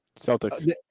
Celtics